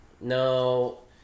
No